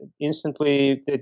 Instantly